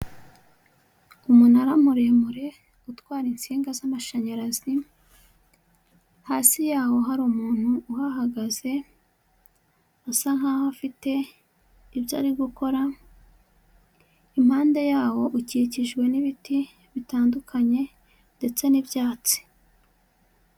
Umunara muremure utwara insinga z'amashanyarazi, hasi yawo hari umuntu uhahagaze usa nk'aho afite ibyo ari gukora, impande yawo ukikijwe n'ibiti bitandukanye ndetse n'ibyatsi.